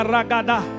Ragada